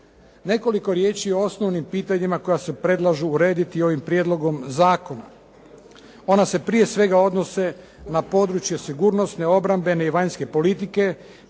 Nekoliko riječi o osnovnim pitanjima koja se predlažu urediti ovim prijedlogom zakona. Ona se prije svega odnose na područje sigurnosne, obrambene i vanjske politike,